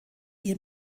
ihr